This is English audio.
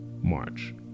March